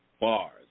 Bars